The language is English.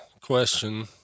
question